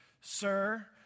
sir